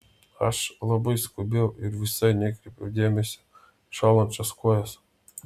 aš labai skubėjau ir visai nekreipiau dėmesio į šąlančias kojas